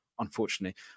Unfortunately